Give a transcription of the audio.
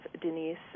Denise